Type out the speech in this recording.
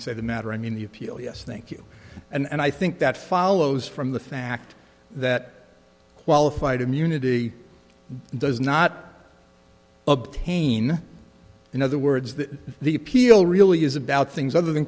say the matter i mean the appeal yes thank you and i think that follows from the fact that qualified immunity does not obtain in other words that the appeal really is about things other than